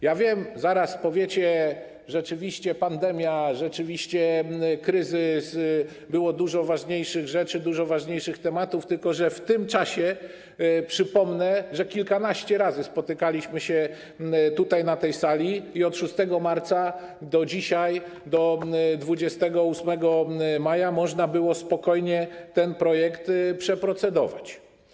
Ja wiem, że zaraz powiecie: rzeczywiście pandemia, rzeczywiście kryzys, było dużo ważniejszych rzeczy, dużo ważniejszych tematów, tylko że w tym czasie, przypomnę, kilkanaście razy spotykaliśmy się tutaj, na tej sali, i od 6 marca do dzisiaj, do 28 maja można było spokojnie ten projekt przeprocedować.